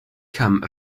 come